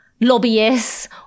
lobbyists